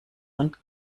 und